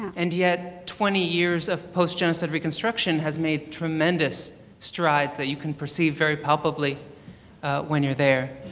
and yet, twenty years of post-genocide reconstruction has made tremendous strides that you can perceive very palpably when you're there.